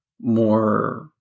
more